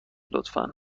لطفا